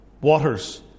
waters